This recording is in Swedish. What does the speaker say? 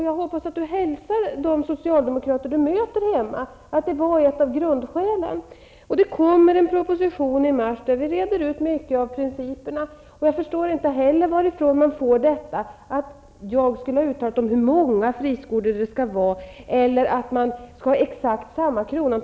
Jag hoppas att Ewa Hedkvist Petersen hälsar de socialdemokrater hon möter där hemma att det var ett av grundskälen. Det kommer en proposition i mars där vi reder ut principerna. Jag förstår inte heller varifrån man får detta att jag skulle ha uttalat mig om hur många friskolor det skall vara eller att man skall ha exakt samma krontal.